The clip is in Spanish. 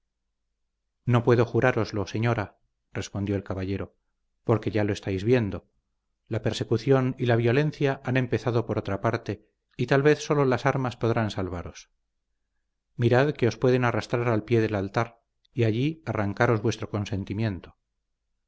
no puedo jurároslo señora respondió el caballero porque ya lo estáis viendo la persecución y la violencia han empezado por otra parte y tal vez sólo las armas podrán salvaros mirad que os pueden arrastrar al pie del altar y allí arrancaros vuestro consentimiento